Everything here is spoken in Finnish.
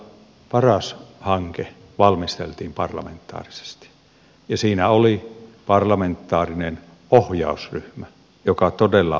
paras hanke todella valmisteltiin parlamentaarisesti ja siinä oli parlamentaarinen ohjausryhmä joka todella ohjasi